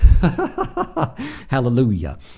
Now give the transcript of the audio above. Hallelujah